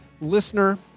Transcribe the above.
listener